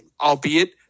albeit